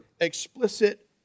explicit